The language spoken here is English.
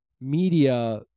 media